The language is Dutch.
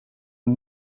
een